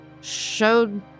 showed